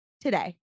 today